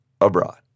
Abroad